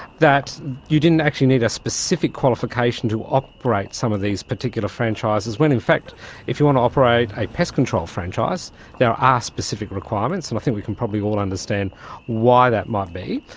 that you didn't actually need a specific qualification to operate some of these particular franchises, when in fact if you want to operate a pest control franchise there are ah specific requirements, and i think we can probably all understand why that might be.